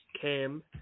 Cam